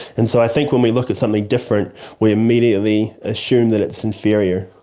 and so i think when we look at something different we immediately assume that it's inferior.